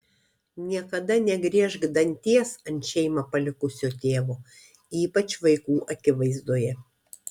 niekada negriežk danties ant šeimą palikusio tėvo ypač vaikų akivaizdoje